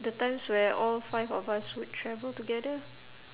the times where all five of us would travel together